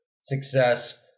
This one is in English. success